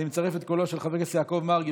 אני מצרף את קולם של חבר הכנסת יעקב מרגי